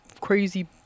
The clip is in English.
crazy